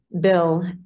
Bill